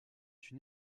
une